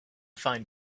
find